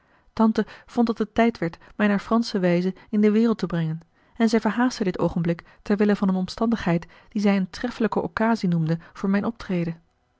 tante vond dat het tijd werd mij naar fransche wijze in de wereld te brengen en zij verhaastte dit oogenblik ter wille van eene omstandigheid die zij eene treffelijke occasie noemde voor mijn optreden